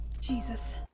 Jesus